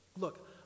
Look